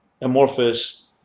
amorphous